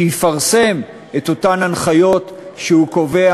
שיפרסם את אותן הנחיות שהוא קובע,